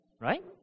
right